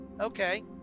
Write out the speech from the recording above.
Okay